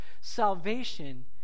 salvation